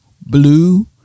blue